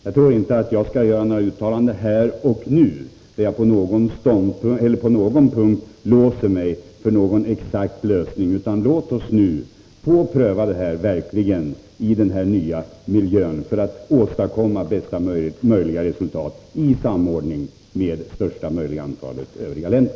Jag tror inte att jag skall göra några uttalanden här och nu, där jag på någon punkt låser mig för någon exakt lösning. Låt oss nu verkligen få pröva de här frågorna i den nya miljön för att åstadkomma bästa möjliga resultat i samordning med största möjliga antal övriga länder.